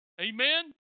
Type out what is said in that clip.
Amen